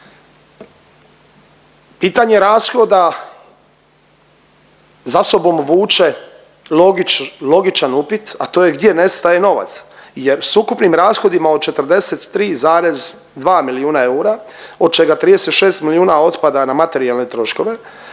Pitanje rashoda za sobom vuče logičan upit, a to je gdje nestaje novac jer s ukupnim rashodima od 43,2 milijuna eura, od čega 36 milijuna otpada na materijalne troškove,